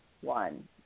one